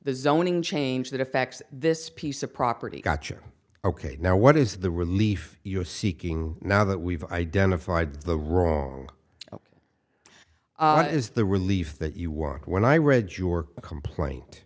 the zoning change that affects this piece of property gotcha ok now what is the relief you're seeking now that we've identified the wrong is the relief that you worked when i read your complaint